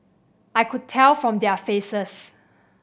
I could tell from their faces